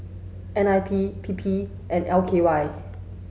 N I P P P and L K Y